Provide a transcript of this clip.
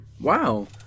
Wow